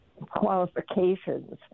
qualifications